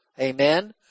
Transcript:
Amen